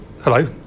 Hello